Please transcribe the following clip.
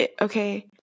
okay